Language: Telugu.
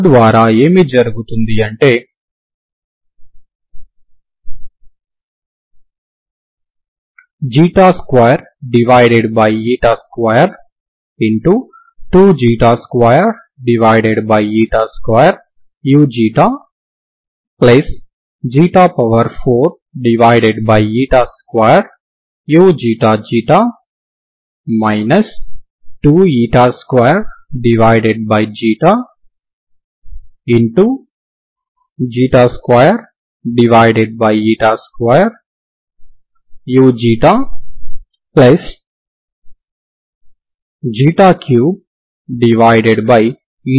తద్వారా ఏమి జరుగుతుంది అంటే 22232u42uξξ 2222u32uξξ2u222uξξ2ξuuηη0